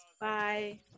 Bye